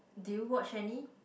did you watch any